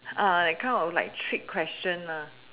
uh that kind of like trick question lah